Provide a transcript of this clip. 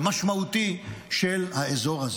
משמעותי, של האזור הזה.